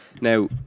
now